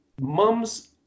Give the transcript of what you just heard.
mums